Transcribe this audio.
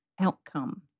outcome